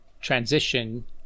transition